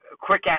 quick